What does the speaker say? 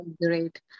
great